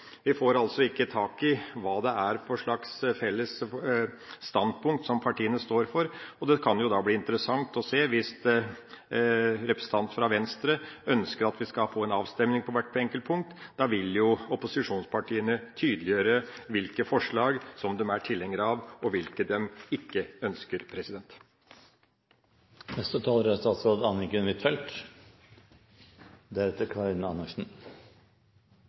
Vi får altså ikke tak i hva det er for slags felles standpunkt partiene står for. Det kan da bli interessant å se hvis representanten fra Venstre ønsker at vi skal få en avstemming på hvert enkelt punkt. Da vil jo opposisjonspartiene tydeliggjøre hvilke forslag de er tilhengere av, og hvilke de ikke ønsker. Norsk arbeidsliv er